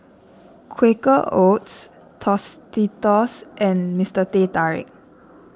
Quaker Oats Tostitos and Mister Teh Tarik